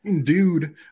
Dude